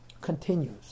continues